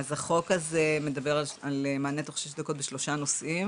אז החוק הזה מדבר על מענה בתוך שש דקות בשלושה נושאים,